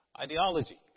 ideology